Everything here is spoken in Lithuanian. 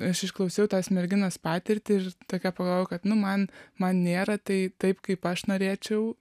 aš išklausiau tos merginos patirtį ir tokia pagalvojau kad nu man man nėra tai taip kaip aš norėčiau